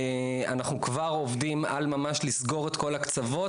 אנחנו כבר עובדים על ממש לסגור את כל הקצוות,